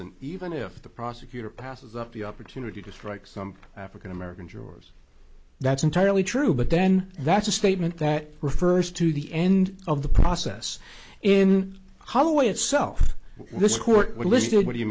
and even if the prosecutor passes up the opportunity to strike some african american jurors that's entirely true but then that's a statement that refers to the end of the process in holloway itself this court will listen to what do you